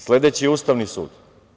Sledeći je Ustavni sud.